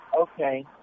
Okay